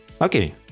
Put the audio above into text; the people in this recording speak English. Okay